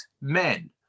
men